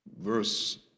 Verse